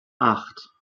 acht